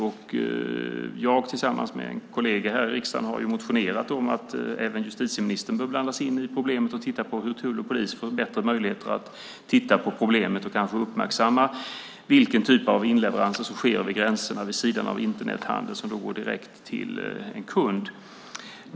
Jag har tillsammans med en kollega här i riksdagen motionerat om att även justitieministern bör blandas in i problemet och se på hur tull och polis kan få bättre möjligheter att titta på detta. De kanske också kan uppmärksamma vilken typ av inleveranser som sker över gränserna vid sidan av Internethandeln som går direkt till en kund.